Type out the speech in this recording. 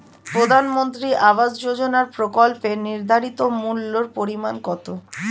প্রধানমন্ত্রী আবাস যোজনার প্রকল্পের নির্ধারিত মূল্যে পরিমাণ কত?